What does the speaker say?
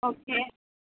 okay